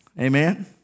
amen